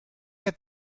had